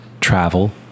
Travel